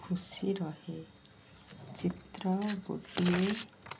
ଖୁସି ରୁହେ ଚିତ୍ର ଗୋଟିଏ